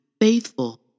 faithful